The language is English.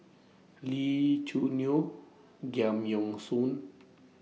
Lee Choo Neo Giam Yean Song